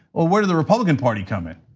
well, where do the replublican party come in?